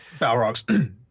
Balrogs